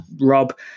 Rob